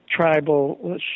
tribal